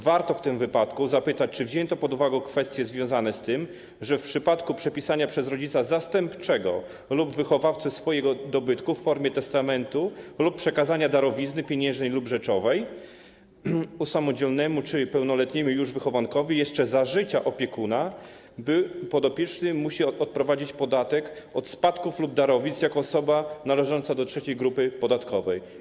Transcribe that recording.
Warto w tym wypadku zapytać, czy wzięto pod uwagę kwestie związane z tym, że w przypadku przepisania przez rodzica zastępczego lub wychowawcę swojego dobytku w formie testamentu lub przekazania darowizny pieniężnej lub rzeczowej usamodzielnionemu czy pełnoletniemu już wychowankowi jeszcze za życia opiekuna podopieczny będzie musiał odprowadzić podatek od spadków lub darowizn jako osoba należąca do trzeciej grupy podatkowej.